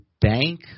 bank